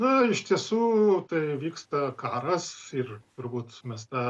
na iš tiesų tai vyksta karas ir turbūt mes tą